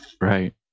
Right